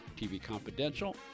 tvconfidential